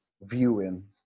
viewing